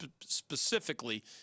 specifically